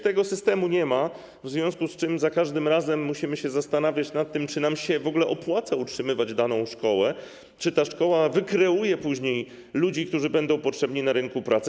Tego systemu nie ma, w związku z czym za każdym razem musimy się zastanawiać nad tym, czy nam się w ogóle opłaca utrzymywać daną szkołę, czy ta szkoła wykreuje później ludzi, którzy będą potrzebni na rynku pracy.